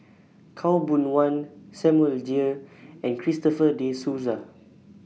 Khaw Boon Wan Samuel Dyer and Christopher De Souza